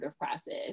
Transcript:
process